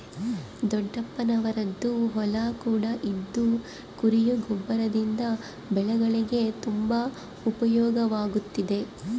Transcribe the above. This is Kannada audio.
ದೊಡ್ಡಪ್ಪನವರದ್ದು ಹೊಲ ಕೂಡ ಇದ್ದು ಕುರಿಯ ಗೊಬ್ಬರದಿಂದ ಬೆಳೆಗಳಿಗೆ ತುಂಬಾ ಉಪಯೋಗವಾಗುತ್ತಿದೆ